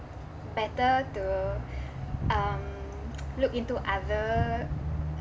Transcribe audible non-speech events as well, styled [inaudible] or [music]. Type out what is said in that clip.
better to um [noise] look into other